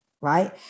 right